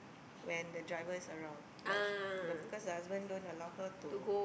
when the driver is around but she because husband don't allow her to